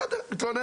לשווא, אז בסדר.